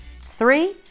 Three